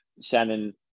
Shannon